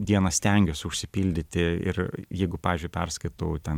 dieną stengiuos užsipildyti ir jeigu pavyzdžiui perskaitau ten